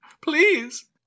Please